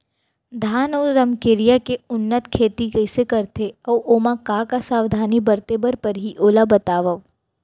धान अऊ रमकेरिया के उन्नत खेती कइसे करथे अऊ ओमा का का सावधानी बरते बर परहि ओला बतावव?